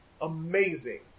amazing